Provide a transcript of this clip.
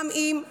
גם עם חובות,